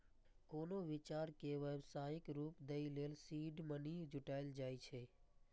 कोनो विचार कें व्यावसायिक रूप दै लेल सीड मनी जुटायल जाए छै